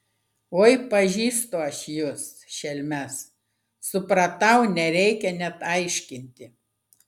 oi pažįstu aš jus šelmes supratau nereikia net aiškinti